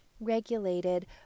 regulated